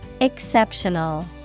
Exceptional